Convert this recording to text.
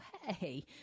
hey